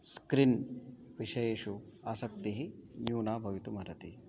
screen विषयेषु आसक्तिः न्यूना भवितुमर्हति